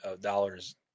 dollars